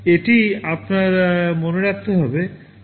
এটি আপনার মনে রাখতে হবে